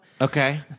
Okay